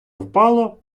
впало